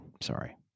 Sorry